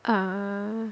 uh